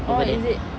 oh is it